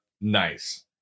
nice